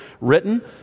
written